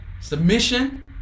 submission